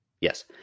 Yes